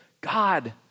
God